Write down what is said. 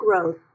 growth